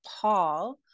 Paul